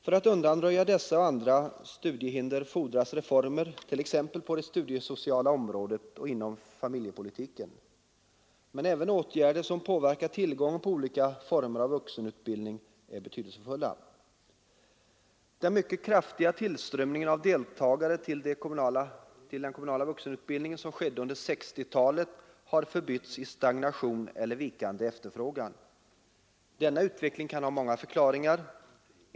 För att undanröja dessa och andra studiehinder fordras reformer t.ex. på det studiesociala området och inom familjepolitiken. Men även åtgärder, som påverkar tillgången på olika former av vuxenutbildning, är betydelsefulla. Den mycket kraftiga tillströmning av deltagare till den kommunala vuxenutbildningen som skedde under 1960-talet har förbytts i stagnation eller vikande efterfrågan. Denna utveckling kan ha många förklaringar.